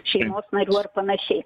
šeimos narių ar panašiai